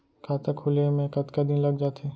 खाता खुले में कतका दिन लग जथे?